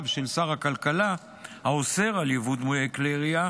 של שר הכלכלה האוסר יבוא דמויי כלי ירייה